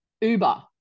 Uber